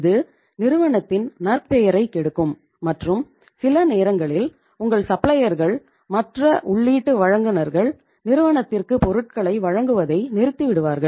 இது நிறுவனத்தின் நற்பெயரைக் கெடுக்கும் மற்றும் சில நேரங்களில் உங்கள் சப்ளையர்கள் மற்ற உள்ளீட்டு வழங்குநர்கள் நிறுவனத்திற்கு பொருட்களை வழங்குவதை நிறுத்திவிடுவார்கள்